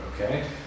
okay